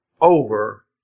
over